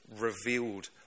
revealed